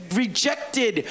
rejected